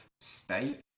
state